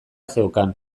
zeukan